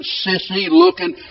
sissy-looking